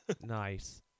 Nice